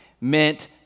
meant